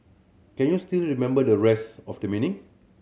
can you still remember the rest of the meaning